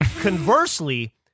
Conversely